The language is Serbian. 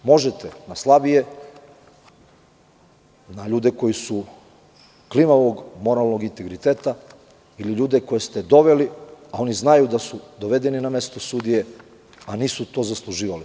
Možete na slabije, na ljude koji su klimavog moralnog integriteta ili ljude koje ste doveli, a oni znaju da su dovedeni na mesto sudija a nisu to zasluživali.